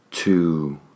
Two